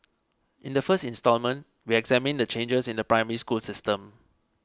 in the first installment we examine the changes in the Primary School system